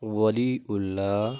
ولی اللہ